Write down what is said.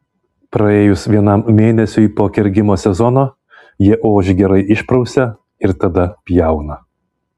praėjus vienam mėnesiui po kergimo sezono jie ožį gerai išprausia ir tada pjauna